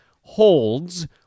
holds